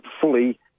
fully